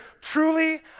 Truly